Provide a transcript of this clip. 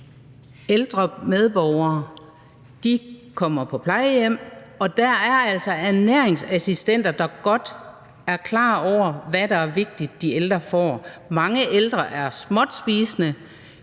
Ældre medborgere kommer på plejehjem, og dér er der altså ernæringsassistenter, der godt er klar over, hvad det er vigtigt de ældre får. Mange ældre er småtspisende,